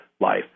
life